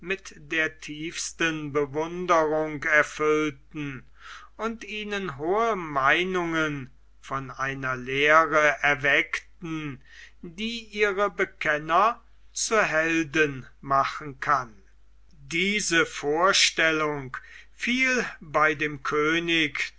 mit der tiefsten bewunderung erfüllten und ihnen hohe meinungen von einer lehre erweckten die ihre bekenner zu helden machen kann diese vorstellung fiel bei dem könig